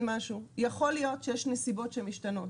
משהו: יכול להיות שיש נסיבות שמשתנות.